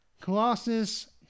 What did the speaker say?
Colossus